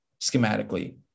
schematically